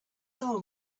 soul